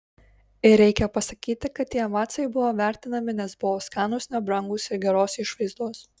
ir reikia pasakyti kad tie macai buvo vertinami nes buvo skanūs nebrangūs ir geros išvaizdos